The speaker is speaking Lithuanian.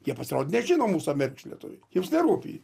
jie pasirodo nežino mūsų amerikos lietuviai jiems nerūpi